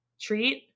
treat